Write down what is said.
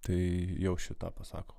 tai jau šį tą pasako